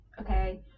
Okay